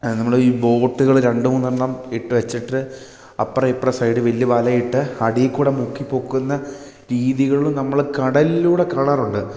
നമ്മൾ ഈ ബോട്ടുകൾ രണ്ട് മൂന്ന് എണ്ണം ഇട്ട് വെച്ചിട്ട് അപ്പറെ ഇപ്പ്ര സൈഡ് വലിയ വലയിട്ട് അടീ കൂടെ മുക്കിപ്പൊക്കുന്ന രീതികളും നമ്മൾ കടലിലൂടെ കാണാറുണ്ട്